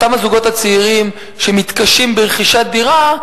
אותם זוגות צעירים שמתקשים ברכישת דירה,